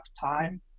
time